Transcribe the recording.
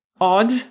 odd